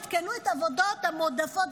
עדכנו את העבודות המועדפות,